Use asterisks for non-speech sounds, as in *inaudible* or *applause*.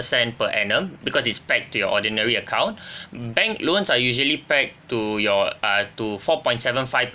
percent per annum because it's pegged to your ordinary account *breath* bank loans are usually pegged to your err to four point seven five